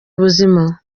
ubuzima